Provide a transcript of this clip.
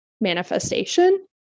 manifestation